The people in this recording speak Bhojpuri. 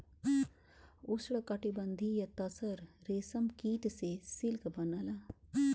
उष्णकटिबंधीय तसर रेशम कीट से सिल्क बनला